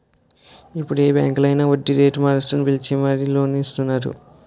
ఇప్పుడు ఏ బాంకులో అయినా వడ్డీరేటు మారుస్తూ పిలిచి మరీ లోన్ ఇస్తున్నారు